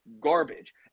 garbage